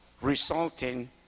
resulting